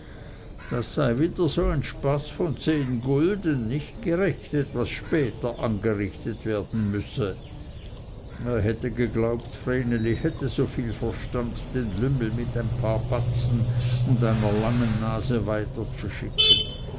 das sei wieder so ein spaß von zehn gulden nicht gerechnet was später ausgerichtet werden müsse er hätte geglaubt vreneli hätte so viel verstand den lümmel mit ein paar batzen und einer langen nase